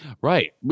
Right